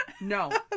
no